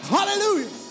Hallelujah